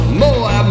more